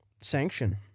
sanction